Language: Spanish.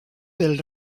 del